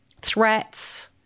threats